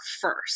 first